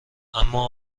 اما